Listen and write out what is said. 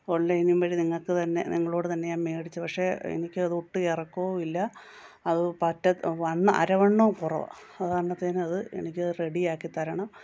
ഓൺലൈനും വഴി നിങ്ങൾക്ക് തന്നെ നിങ്ങളോടു തന്നെ ഞാൻ മേടിച്ചത് പക്ഷേ എനിക്കത് ഒട്ടും ഇറക്കവുമില്ല അത് പറ്റ വണ്ണ അരവണ്ണമോ കുറവാണ് അത് ആകുമ്പോഴത്തേനും അത് എനിക്ക് റെഡി ആക്കി തരണം